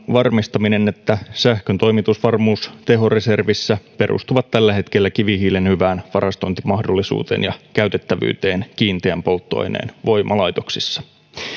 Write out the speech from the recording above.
varmistaminen että sähkön toimitusvarmuus tehoreservissä perustuvat tällä hetkellä kivihiilen hyvään varastointimahdollisuuteen ja käytettävyyteen kiinteän polttoaineen voimalaitoksissa